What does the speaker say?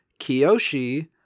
Kiyoshi